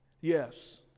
Yes